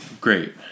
Great